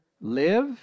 live